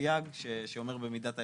סייג שאומר במידת האפשר,